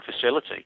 facility